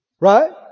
Right